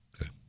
Okay